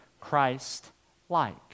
Christ-like